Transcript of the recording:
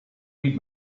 read